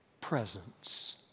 presence